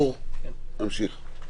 גור, תמשיך.